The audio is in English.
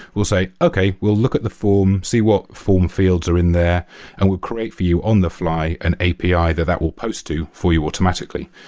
we'll say, okay. we'll look at the form. see what form fields are in there and we'll create for you on the fly an api that that will post to for you automatically.